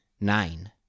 nine